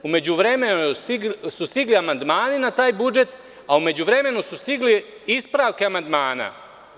U međuvremenu su stigli amandmani na taj budžet, a u međuvremenu su stigle ispravke amandmana.